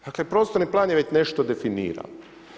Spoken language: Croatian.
Dakle, prostorni plan je već nešto definirao.